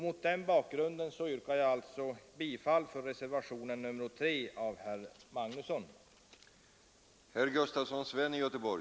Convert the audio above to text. Mot den bakgrunden yrkar jag alltså bifall till reservationen 3 av herr Magnusson i Kristinehamn.